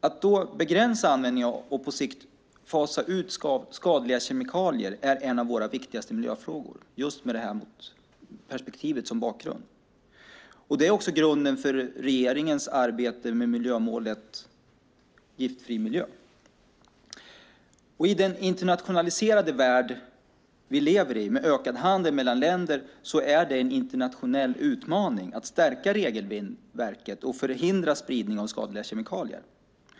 Med detta perspektiv som bakgrund är en av våra viktigaste miljöfrågor att begränsa användningen av och på sikt fasa ut skadliga kemikalier. Det är också grunden för regeringens arbete med miljömålet giftfri miljö. I den internationaliserade värld vi lever i med ökad handel mellan länder är det en internationell utmaning att stärka regelverket och förhindra spridning av skadliga kemikalier.